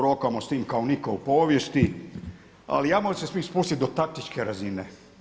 Rokamo s tim kao nitko u povijesti, ali hajmo se mi spustit do taktičke razine.